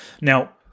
Now